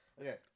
Okay